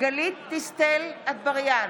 גלית דיסטל אטבריאן,